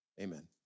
Amen